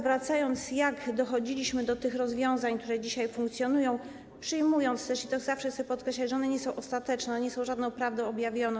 Wracam do tego, jak dochodziliśmy do tych rozwiązań, które dzisiaj funkcjonują, przyjmując też - i to zawsze chcę podkreślać - że one nie są ostateczne, one nie są żadną prawdą objawioną.